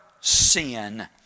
sin